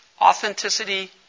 authenticity